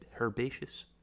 Herbaceous